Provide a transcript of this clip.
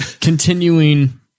continuing